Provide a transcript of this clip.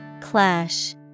Clash